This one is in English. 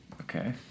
Okay